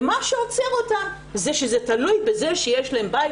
ומה שעוצר אותה שזה תלוי בכך שיש להם בית